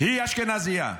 היא אשכנזייה.